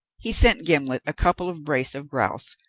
he sent gimblet a couple of brace of grouse,